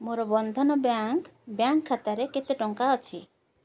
ମୋର Bandhan bank bank ଖାତାରେ କେତେ ଟଙ୍କା ଅଛି